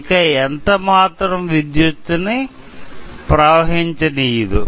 ఇక ఎంతమాత్రం విద్యుత్ ను ప్రవహించనీయదు